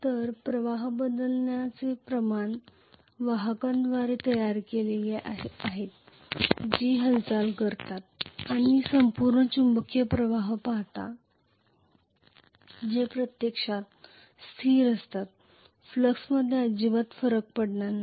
तर प्रवाह बदलण्याचे प्रमाण वाहकांद्वारे तयार केले गेले आहेत जे हालचाल करतात आणि संपूर्ण चुंबकीय प्रवाह पाहतात जे प्रत्यक्षात स्थिर असतात फ्लक्समध्ये अजिबात फरक पडणार नाही